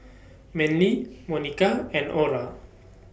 Manly Monica and Ora